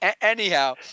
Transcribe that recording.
anyhow